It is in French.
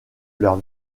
leur